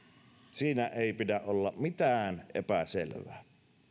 siinä ei pidä olla mitään epäselvää